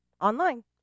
online